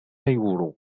يورو